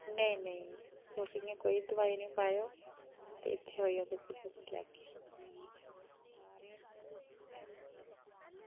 नेईं नेईं ओह् इं'या कोई दोआई निं पाएयो ते इत्थें आइयै दिक्खी लैंदी